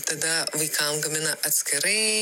tada vaikam gamina atskirai